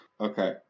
okay